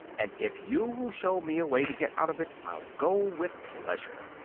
and if you will show me a way to get out of it, i'll go with pleasure.